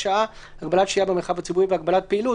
שעה)(הגבלת השהייה במרחב הציבורי והגבלת פעילות),